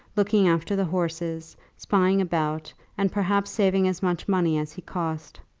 looking after the horses, spying about, and perhaps saving as much money as he cost.